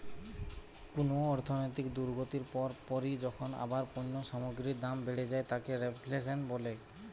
কুনো অর্থনৈতিক দুর্গতির পর পরই যখন আবার পণ্য সামগ্রীর দাম বেড়ে যায় তাকে রেফ্ল্যাশন বলে